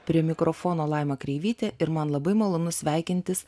prie mikrofono laima kreivytė ir man labai malonu sveikintis